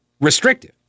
restrictive